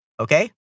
Okay